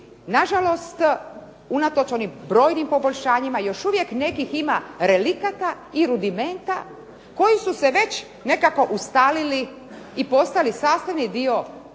Nažalost, unatoč onim brojnim poboljšanjima još uvijek nekih ima relikata i rudimenta koji su se već nekako ustalili i postali sastavni dio nekako